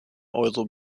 euro